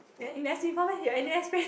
eh you never see before meh your N_U_S friend